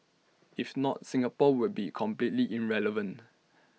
if not Singapore would be completely irrelevant